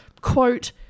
quote